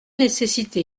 nécessité